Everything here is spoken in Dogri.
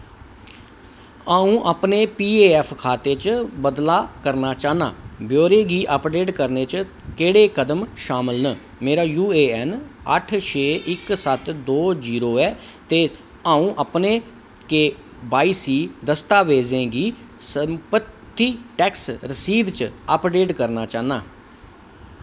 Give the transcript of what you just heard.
आऊं अपने पी ऐफ्फ खाते च बदलाऽ करना चाह्न्नां ब्यौरे गी अपडेट करने च केह्ड़े कदम शामल न मेरा यूएएन अट्ठ छे इक सत्त दो जीरो ऐ ते आऊं अपने के वाईसी दस्तावेजें गी संपत्ति टैक्स रसीद च अपडेट करना चाह्न्नां